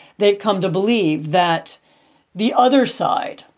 they've come to believe that the other side,